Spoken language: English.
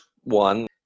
one